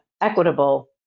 equitable